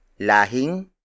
lahing